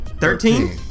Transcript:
Thirteen